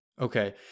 okay